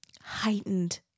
heightened